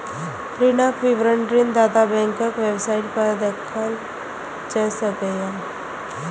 ऋणक विवरण ऋणदाता बैंकक वेबसाइट पर देखल जा सकैए